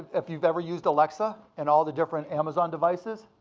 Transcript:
if you've ever used alexa and all the different amazon devices,